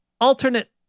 alternate